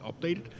updated